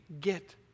get